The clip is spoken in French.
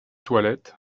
toilette